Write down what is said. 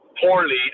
poorly